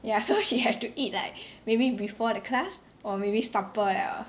ya so she have to eat like maybe before the class or maybe supper 了